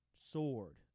sword